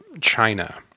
China